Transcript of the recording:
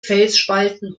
felsspalten